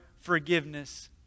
forgiveness